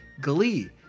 Glee